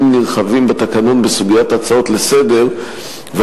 נרחבים בתקנון בסוגיית ההצעות לסדר-היום.